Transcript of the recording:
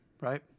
Right